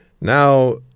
now—